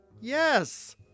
Yes